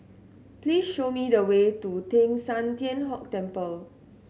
please show me the way to Teng San Tian Hock Temple